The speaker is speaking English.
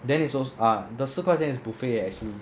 then it's those ah the 四块钱 is buffet eh actually